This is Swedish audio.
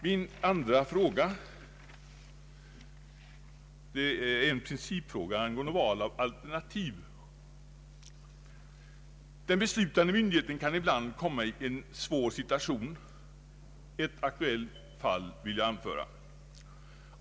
Min andra fråga är en principfråga angående val av alternativ. Den beslutande myndigheten kan ibland komma i en svår situation. Jag vill anföra ett aktuellt fall.